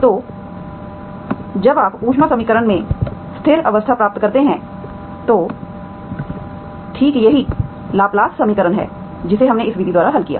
तो जब आप ऊष्मा समीकरण में स्थिर अवस्था प्राप्त करते हैं तो ठीक यही लाप्लास समीकरण है जिसे हमने इस विधि द्वारा हल किया है